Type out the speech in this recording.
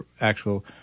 actual